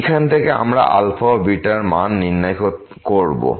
এইখান থেকে আমরা ও র মান নির্ণয় করব